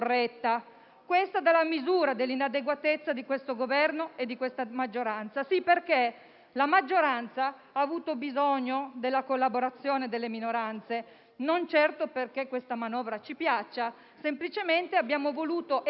Ciò dà la misura dell'inadeguatezza di questo Governo e della maggioranza che lo sostiene. Sì, perché la maggioranza ha avuto bisogno della collaborazione delle minoranze, e non certo perché la manovra ci piaccia: semplicemente abbiamo voluto evitare